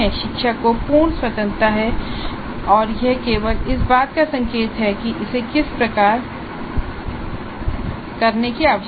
शिक्षक को पूर्ण स्वतंत्रता है और यह केवल इस बात का संकेत है कि इसे किस प्रकार करने की आवश्यकता है